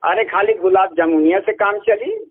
अरे खाली गुलाब जमुनिया से काम चली